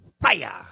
fire